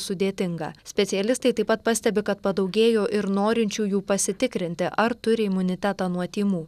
sudėtinga specialistai taip pat pastebi kad padaugėjo ir norinčiųjų pasitikrinti ar turi imunitetą nuo tymų